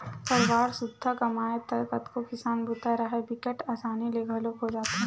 परवार सुद्धा कमाबे त कतको किसानी बूता राहय बिकट असानी ले घलोक हो जाथे